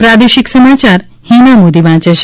પ્રાદેશિક સમાચાર હિના મોદી વાંચે છે